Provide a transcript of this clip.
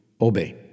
obey